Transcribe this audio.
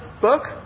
book